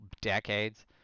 decades